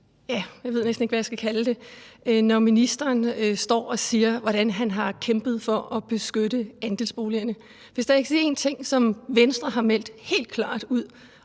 Jeg ved næsten ikke, hvad jeg skal kalde det, når ministeren står og siger, at han har kæmpet for at beskytte andelsbolighaverne. Hvis der er en ting, som Venstre har meldt helt klart ud,